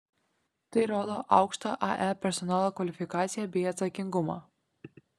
tai rodo aukštą ae personalo kvalifikaciją bei atsakingumą